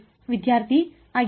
ವಿದ್ಯಾರ್ಥಿ ಆಗಿದೆ